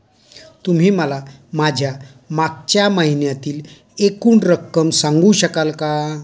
तुम्ही मला माझ्या मागच्या महिन्यातील एकूण रक्कम सांगू शकाल का?